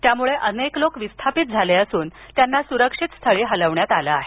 त्यामुळे अनेक लोक विस्थापित झाले असून त्यांना सुरक्षित स्थळी हलविण्यात आलं आहे